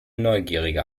neugierige